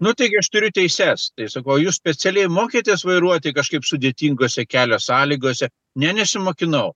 nu taigi aš turiu teises tai sakau jūs specialiai mokėtės vairuoti kažkaip sudėtingose kelio sąlygose ne nesimokinau